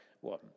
one